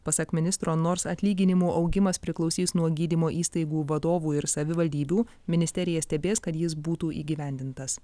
pasak ministro nors atlyginimų augimas priklausys nuo gydymo įstaigų vadovų ir savivaldybių ministerija stebės kad jis būtų įgyvendintas